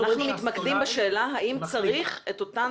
אנחנו מתמקדים בשאלה האם צריך את אותן